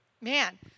Man